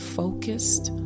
focused